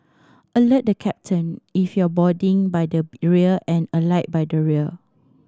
alert the captain if you're boarding by the rear and alight by the rear